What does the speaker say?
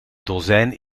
dozijn